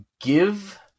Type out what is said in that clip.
Give